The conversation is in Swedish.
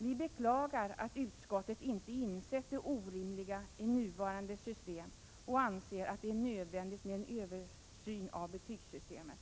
Vi beklagar att utskottet inte har insett det orimliga i det nuvarande systemet och anser att det är nödvändigt med en översyn av betygssystemet.